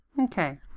Okay